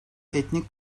etnik